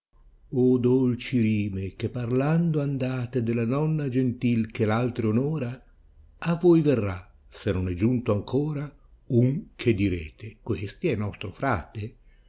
o dolci rime che parlando andate della donna genti che v altre onora a toi verrà se non è giunco ancora un che direte questi è nostro frate